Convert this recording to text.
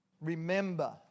remember